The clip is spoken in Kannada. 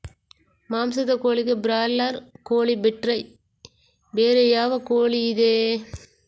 ಮಾಂಸದ ಕೋಳಿಗೆ ಬ್ರಾಲರ್ ಕೋಳಿ ಬಿಟ್ರೆ ಬೇರೆ ಯಾವ ಕೋಳಿಯಿದೆ?